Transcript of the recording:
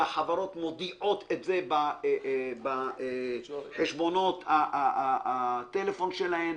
שהחברות מודיעות את זה בחשבונות הטלפון שלהן,